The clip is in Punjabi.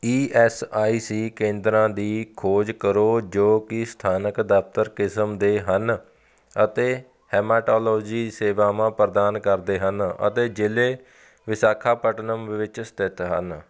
ਈ ਐੱਸ ਆਈ ਸੀ ਕੇਂਦਰਾਂ ਦੀ ਖੋਜ ਕਰੋ ਜੋ ਕਿ ਸਥਾਨਕ ਦਫਤਰ ਕਿਸਮ ਦੇ ਹਨ ਅਤੇ ਹੇਮਾਟੋਲੋਜੀ ਸੇਵਾਵਾਂ ਪ੍ਰਦਾਨ ਕਰਦੇ ਹਨ ਅਤੇ ਜ਼ਿਲ੍ਹੇ ਵਿਸ਼ਾਖਾਪਟਨਮ ਵਿੱਚ ਸਥਿਤ ਹਨ